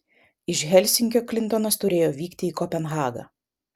iš helsinkio klintonas turėjo vykti į kopenhagą